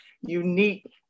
unique